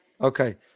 Okay